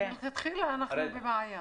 אז מלכתחילה אנחנו בבעיה.